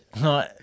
no